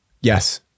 Yes